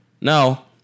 Now